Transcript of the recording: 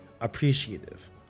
appreciative